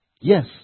Yes